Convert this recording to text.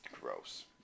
gross